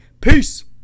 Peace